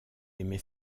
émet